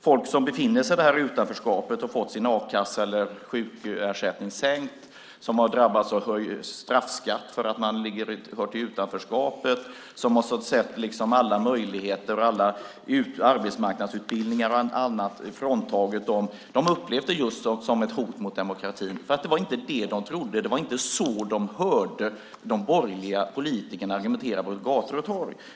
Folk som befinner sig i utanförskap och fått a-kassa eller sjukersättning sänkt, som har drabbats av straffskatt eftersom de har varit i utanförskap, som har fått alla möjligheter och arbetsmarknadsutbildningar fråntagna dem, upplever det som ett hot mot demokratin. Det var inte det de trodde, och det var inte så de hörde de borgerliga politikerna argumentera på gator och torg.